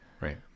Right